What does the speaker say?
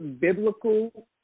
biblical